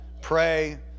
pray